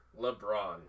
LeBron